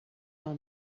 all